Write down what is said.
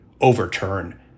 overturn